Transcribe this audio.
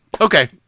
Okay